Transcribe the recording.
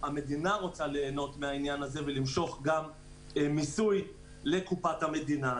המדינה רוצה ליהנות גם היא מהעניין הזה ולמשוך מיסוי לקופת המדינה.